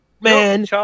man